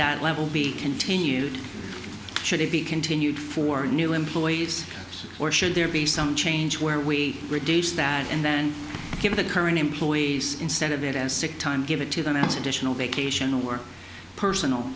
that level be continued should it be continued for new employees or should there be some change where we reduce that and then give the current employees instead of it and sick time give it to the next additional vacation or personal